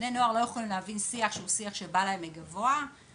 בני נוער לא יכולים להבין שיח ״שבא להם מגבוה״